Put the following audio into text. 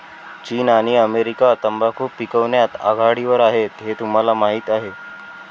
चीन आणि अमेरिका तंबाखू पिकवण्यात आघाडीवर आहेत हे तुम्हाला माहीत आहे